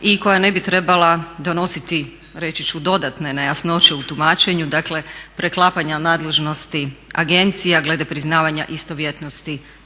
i koja ne bi trebala donositi reći ću dodatne nejasnoće u tumačenju, dakle preklapanja nadležnosti agencija glede priznavanja istovjetnosti